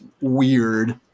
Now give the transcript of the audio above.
weird